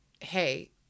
hey